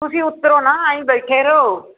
ਤੁਸੀਂ ਉਤਰੋ ਨਾ ਐਈ ਬੈਠੇ ਰਹੋ